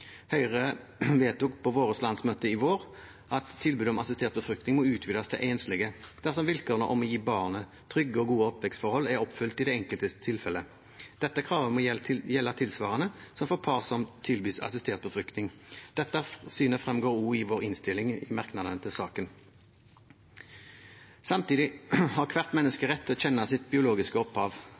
Høyre vedtok på sitt landsmøte i vår at tilbudet om assistert befruktning må utvides til enslige dersom vilkårene om å gi barnet trygge og gode oppvekstforhold er oppfylt i det enkelte tilfellet. Dette kravet må gjelde tilsvarende som for par som tilbys assistert befruktning. Dette synet fremgår også av våre merknader i innstillingen til saken. Samtidig har hvert menneske rett til å kjenne sitt biologiske opphav.